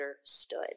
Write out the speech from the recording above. understood